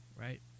right